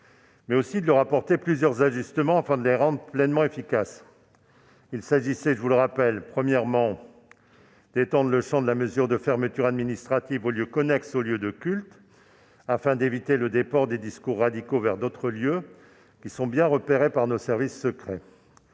mais aussi de leur apporter plusieurs ajustements afin de les rendre pleinement efficaces. Il s'agissait, premièrement, d'étendre le champ de la mesure de fermeture administrative aux lieux connexes aux lieux de culte, afin d'éviter le déport des discours radicaux vers d'autres lieux bien repérés par nos services secrets